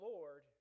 Lord